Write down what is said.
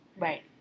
Right